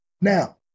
now